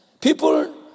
People